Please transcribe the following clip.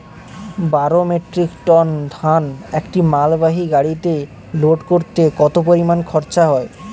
বারো metric ton ধান একটি মালবাহী গাড়িতে লোড করতে কতো পরিমাণ খরচা হয়?